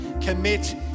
commit